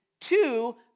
Two